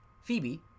Phoebe